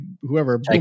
whoever